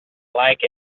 like